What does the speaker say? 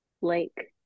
Lake